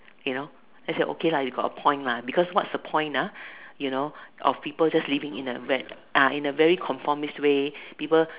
you know I said okay lah you got a point lah because what's the point ah you know of people just living in a very ah in a very conformist way people